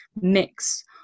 mix